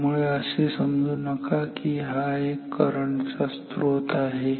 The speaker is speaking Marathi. त्यामुळे असे समजू नका की हा एक करंट चा स्त्रोत आहे